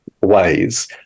ways